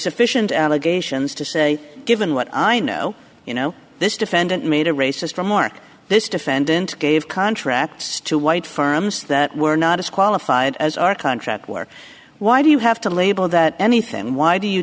sufficient allegations to say given what i know you know this defendant made a racist remark this defendant gave contracts to white firms that were not as qualified as our contract work why do you have to label that anything why do you